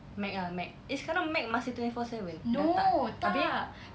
mac ah mac eh sekarang mac masih twenty four seven dah tak eh abeh